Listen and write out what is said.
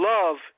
Love